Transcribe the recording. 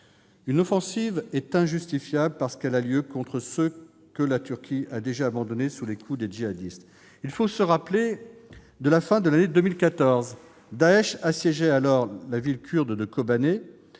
Cette offensive est injustifiable parce qu'elle vise ceux que la Turquie a déjà abandonnés sous les coups des djihadistes. Il faut se rappeler que, à la fin de l'année 2014, Daech assiégeait la ville kurde de Kobané,